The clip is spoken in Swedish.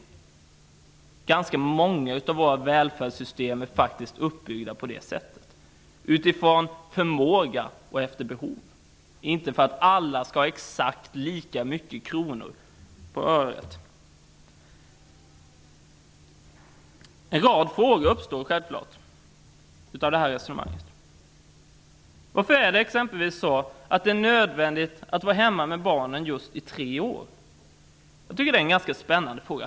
Det är ganska många av våra välfärdssystem som är uppbyggda på det sättet, dvs. utifrån förmåga och efter behov -- inte för att alla skall ha exakt lika många kronor. Det uppstår självfallet en rad frågor efter det här resonemanget. Varför är det exempelvis nödvändigt att vara hemma med barnen i just tre år? Det är en ganska spännande fråga.